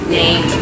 name